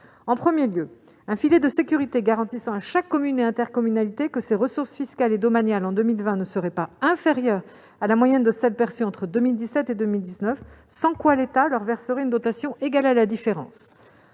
en place un filet de sécurité garantissant à chaque commune et intercommunalité que ses ressources fiscales et domaniales en 2020 ne seraient pas inférieures à la moyenne de celles perçues entre 2017 et 2019, sans quoi l'État leur versera une dotation égale à la différence.